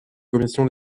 commission